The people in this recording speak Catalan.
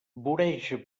voreja